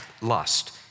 lust